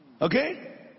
Okay